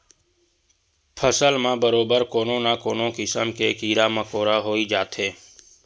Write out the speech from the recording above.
फसल म बरोबर कोनो न कोनो किसम के कीरा मकोरा होई जाथे